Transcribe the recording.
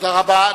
תודה רבה.